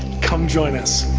come join us!